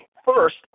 First